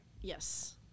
Yes